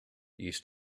used